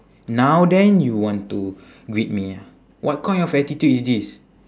now then you want to greet me ah what kind of attitude is this